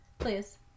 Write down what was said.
please